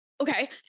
okay